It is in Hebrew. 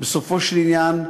בסופו של עניין,